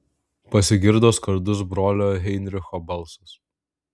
pasigirdo skardus brolio heinricho balsas